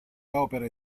opere